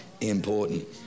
important